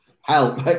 help